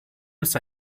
ist